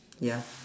ya